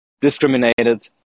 discriminated